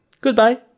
Goodbye